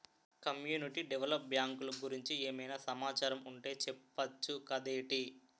community develop బ్యాంకులు గురించి ఏమైనా సమాచారం ఉంటె చెప్పొచ్చు కదేటి